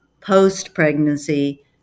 post-pregnancy